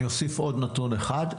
אני אוסיף עוד נתון אחד.